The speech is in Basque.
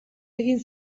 egin